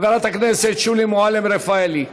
חברת הכנסת שולי מועלם רפאלי,